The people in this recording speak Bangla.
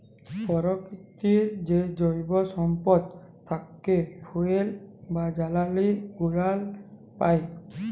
পরকিতির যে জৈব সম্পদ থ্যাকে ফুয়েল বা জালালী গুলান পাই